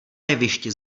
jevišti